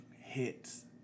hits